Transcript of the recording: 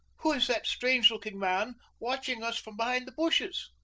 who is that strange-looking man watching us from behind the bushes?